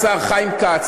השר חיים כץ,